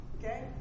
Okay